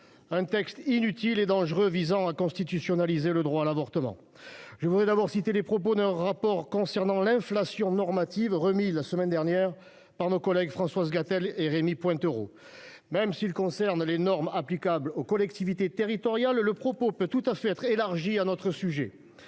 un texte inutile et dangereux visant à constitutionnaliser le droit à l'avortement. Je commencerai par citer un rapport sur l'inflation normative remis la semaine dernière par nos collègues Françoise Gatel et Rémy Pointereau. Même s'il concerne les normes applicables aux collectivités territoriales, leur propos peut tout à fait être élargi à notre sujet.